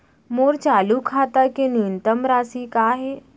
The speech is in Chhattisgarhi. मोर चालू खाता के न्यूनतम राशि का हे?